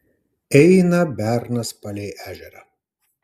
eina bernas palei ežerą